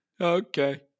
Okay